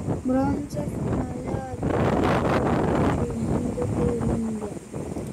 bronza finale atiteko vokiečiui henrikui runge